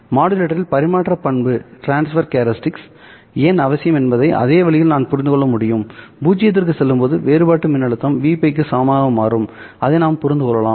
மாடுலேட்டரில் பரிமாற்ற பண்பு ஏன் அவசியம் என்பதை அதே வழியில் நாம் புரிந்து கொள்ள முடியும் பூஜ்ஜியத்திற்குச் செல்லும்போது வேறுபாடு மின்னழுத்தம் Vπ க்கு சமமாக மாறும் அதை நாம் புரிந்து கொள்ளலாம்